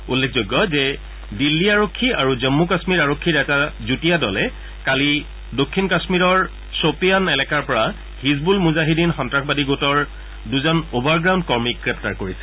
উল্লেখযোগ্য যে দিল্লী আৰক্ষী আৰু জন্মু কাশ্মীৰ আৰক্ষীৰ এটা যুটীয়া দলে কালি দক্ষিণ কাশ্মীৰৰ শ্বপিয়ান এলেকাৰ পৰা হিজবুল মুজাহিদীন সন্তাসবাদী গোটৰ দুজন অভাৰগ্ৰাউণ্ড কৰ্মীক গ্ৰেপ্তাৰ কৰিছিল